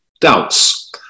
doubts